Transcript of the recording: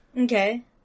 Okay